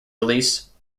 release